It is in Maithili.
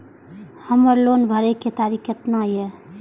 हमर लोन भरे के तारीख केतना ये?